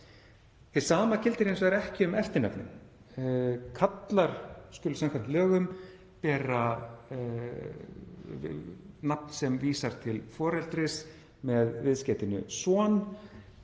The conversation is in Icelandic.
Hið sama gildir hins vegar ekki um eftirnöfnin. Karlar skulu samkvæmt lögum bera nafn sem vísar til foreldris með viðskeytinu -son.